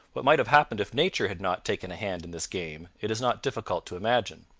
what might have happened if nature had not taken a hand in this game it is not difficult to imagine,